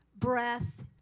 Breath